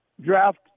draft